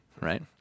right